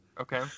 okay